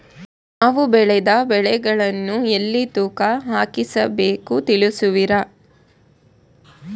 ನಾವು ಬೆಳೆದ ಬೆಳೆಗಳನ್ನು ಎಲ್ಲಿ ತೂಕ ಹಾಕಿಸ ಬೇಕು ತಿಳಿಸುವಿರಾ?